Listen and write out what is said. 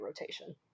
rotation